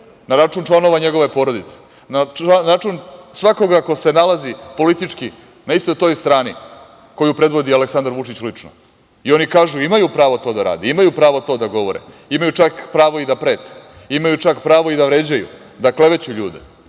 na račun članova njegove porodice, na račun svakoga ko se nalazi politički na istoj toj strani koju predvodi Aleksandar Vučić lično. Oni kažu, imaju pravo to da rade, imaju pravo to da govore, imaju čak pravo i da prete, imaju pravo čak i da vređaju, da kleveću ljude.